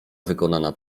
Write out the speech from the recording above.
wykonana